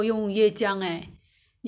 you want to bake the chicken or fried